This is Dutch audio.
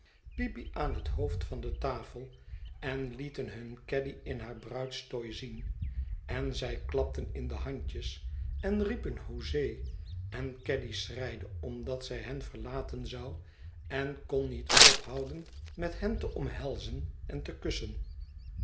peepy aan het hoofd van de tafel en lieten hun caddy in haar bruidstooi zien en zij klapten in de handjes en riepen hoezee en caddy schreide omdat zij hen verlaten zou en kon niet ophouden met hen te omhelzen en te kussen